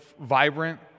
vibrant